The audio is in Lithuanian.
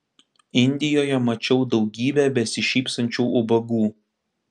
indijoje mačiau daugybę besišypsančių ubagų